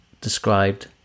described